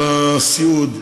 כולל הנושא של הסיעוד.